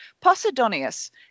Posidonius